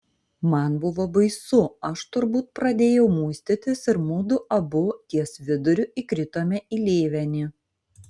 man buvo baisu aš turbūt pradėjau muistytis ir mudu abu ties viduriu įkritome į lėvenį